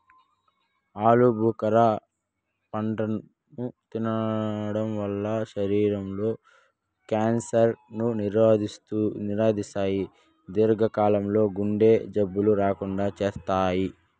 ఆలు భుఖర పండును తినడం వల్ల శరీరం లో క్యాన్సర్ ను నిరోధిస్తాయి, దీర్ఘ కాలం లో గుండె జబ్బులు రాకుండా చేత్తాయి